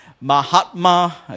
Mahatma